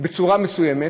בצורה מסוימת,